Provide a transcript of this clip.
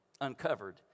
uncovered